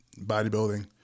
bodybuilding